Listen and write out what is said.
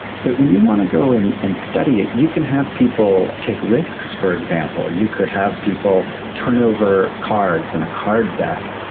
but when you want to go and study it you can have people take risks, for example, you could have people turn over cards in a card deck,